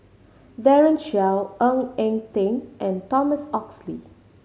Daren Shiau Ng Eng Teng and Thomas Oxley